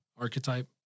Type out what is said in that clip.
archetype